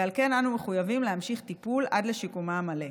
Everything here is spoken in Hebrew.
ועל כן אנו מחויבים להמשיך בטיפול עד לשיקומה המלא.